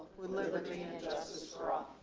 with liberty and justice for all.